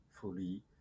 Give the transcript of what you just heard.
fully